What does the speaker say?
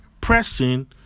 pressing